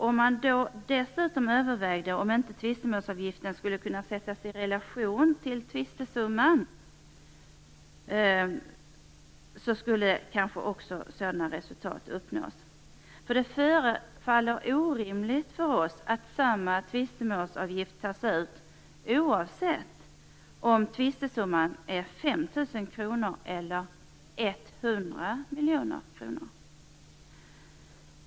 Om man dessutom övervägde om tvistemålsavgiften inte skulle kunna sättas i relation till tvistesumman skulle kanske också sådana resultat uppnås. Det förefaller orimligt för oss att samma tvistemålsavgift tas ut oavsett om tvistesumman är 5 000 kr eller 100 miljoner kronor.